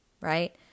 right